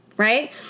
right